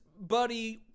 buddy